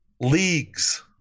Leagues